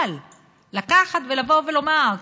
אבל לקחת ולבוא ולומר,